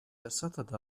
attraversata